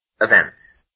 events